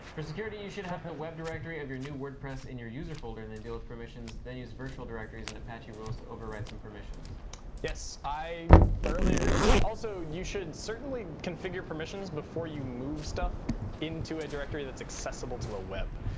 for security, you should have the web directory of your new wordpress in your user folder and then deal with permissions, then use virtual directories and apache rules to override some yes. i thoroughly agree with that. also, you should certainly configure permissions before you move stuff into a directory that's accessible to the web.